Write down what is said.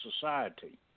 society